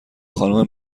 خانم